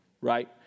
right